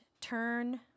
turn